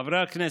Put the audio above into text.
חברי הכנסת,